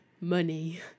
money